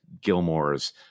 Gilmore's